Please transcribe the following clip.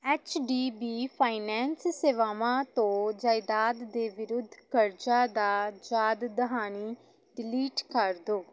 H D B finance ਸੇਵਾਵਾਂ ਤੋਂ ਜਾਇਦਾਦ ਦੇ ਵਿਰੁੱਧ ਕਰਜ਼ਾ ਦਾ ਯਾਦ ਦਹਾਨੀ ਡਿਲੀਟ ਕਰ ਦਿਓ